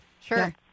sure